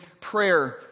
prayer